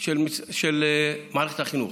מערכת החינוך.